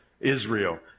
Israel